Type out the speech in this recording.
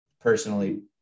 personally